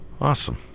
Awesome